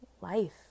life